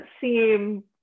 seem